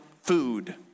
food